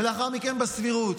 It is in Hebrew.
ולאחר מכן בסבירות.